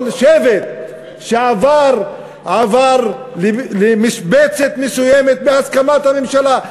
כל שבט שעבר עבר למשבצת מסוימת בהסכמת הממשלה.